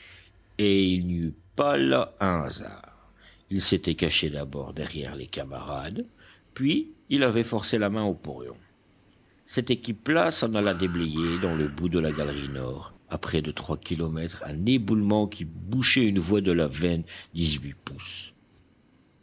pas là un hasard il s'était caché d'abord derrière les camarades puis il avait forcé la main au porion cette équipe là s'en alla déblayer dans le bout de la galerie nord à près de trois kilomètres un éboulement qui bouchait une voie de la veine